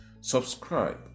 Subscribe